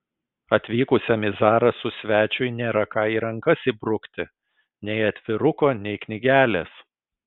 atvykusiam į zarasus svečiui nėra ką į rankas įbrukti nei atviruko nei knygelės